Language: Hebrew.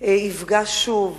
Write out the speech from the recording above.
יפגע שוב